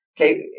Okay